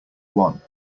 one